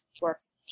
works